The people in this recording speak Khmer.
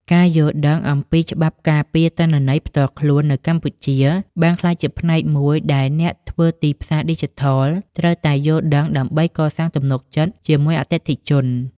ការយល់ដឹងអំពីច្បាប់ការពារទិន្នន័យផ្ទាល់ខ្លួននៅកម្ពុជា បានក្លាយជាផ្នែកមួយដែលអ្នកធ្វើទីផ្សារឌីជីថលត្រូវតែយល់ដឹងដើម្បីកសាងទំនុកចិត្តជាមួយអតិថិជន។